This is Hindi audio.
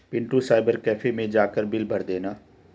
पिंटू साइबर कैफे मैं जाकर बिल भर देना